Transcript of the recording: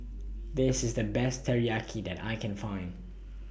This IS The Best Teriyaki that I Can Find